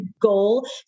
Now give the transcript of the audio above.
goal